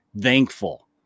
thankful